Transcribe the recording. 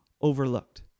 overlooked